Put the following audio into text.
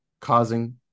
causing